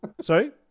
Sorry